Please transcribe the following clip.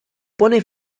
pone